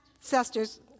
ancestors